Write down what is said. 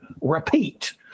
repeat